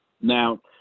Now